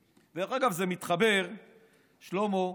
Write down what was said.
אגב, שלמה,